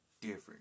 different